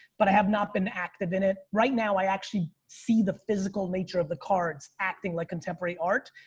but i have not been active in it. right now i actually see the physical nature of the cards acting like contemporary art.